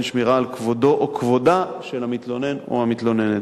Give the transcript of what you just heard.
שמירה על כבודו או כבודה של המתלונן או המתלוננת.